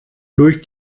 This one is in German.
durch